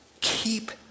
keep